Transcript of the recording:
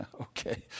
Okay